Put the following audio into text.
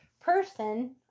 person